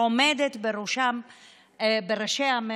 עומדת בראשן,